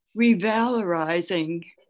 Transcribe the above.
revalorizing